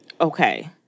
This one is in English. Okay